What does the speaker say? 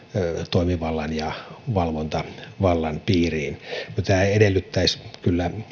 toimivallan ja valvontavallan piiriin tämä edellyttäisi kyllä